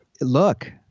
look